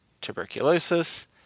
tuberculosis